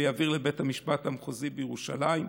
ויעביר אותן לבית המשפט המחוזי המינהלי בירושלים.